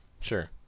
Sure